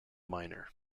minor